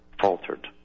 faltered